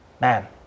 Man